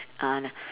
uh